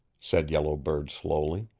said yellow bird slowly.